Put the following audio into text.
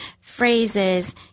phrases